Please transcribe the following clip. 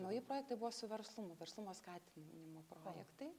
nauji projektai buvo su verslumu verslumo skatinimo projektai